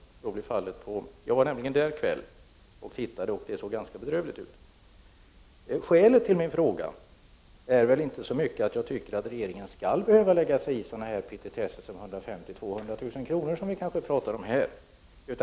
Jag var nämligen på Härlanda och tittade en kväll och det såg verkligen ganska bedrövligt ut. Skälet till min fråga är inte så mycket att jag tycker att regeringen skall behöva lägga sig i sådana petitesser som de kanske 150 000-200 000 kr. som vi här talar om är.